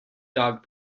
dog